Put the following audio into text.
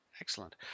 Excellent